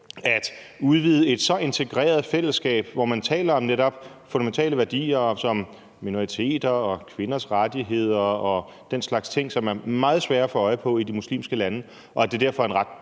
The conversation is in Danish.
at udvide et så integreret fællesskab, hvor man netop taler om fundamentale værdier som minoriteters og kvinders rettigheder og den slags ting, som er meget svære at få øje på i de muslimske lande, og at det derfor er en ret